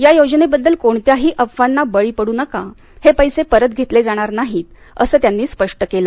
या योजनेबद्दल कोणत्याही अफवांना बळी पडू नका हे पैसे परत घेतले जाणार नाहीत असं त्यांनी स्पष्ट केलं